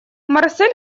марсель